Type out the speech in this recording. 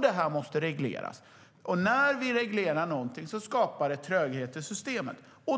Det här måste regleras, och när vi reglerar någonting skapar det tröghet i systemen.